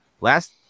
last